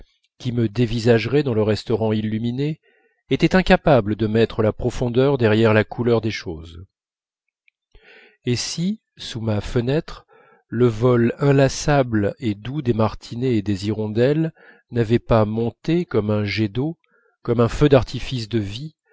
qui me dévisageraient dans le restaurant illuminé était incapable de mettre de la profondeur derrière la couleur des choses et si sous ma fenêtre le vol inlassable et doux des martinets et des hirondelles n'avait pas monté comme un jet d'eau comme un feu d'artifice de vie